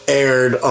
aired